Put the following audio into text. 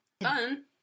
Fun